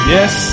Yes